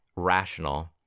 rational